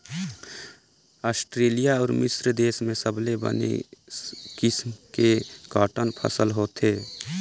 Australia अउ मिस्र देस में सबले बने किसम के कॉटन फसल होथे